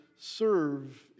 serve